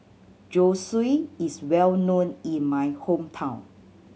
zosui is well known in my hometown